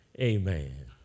Amen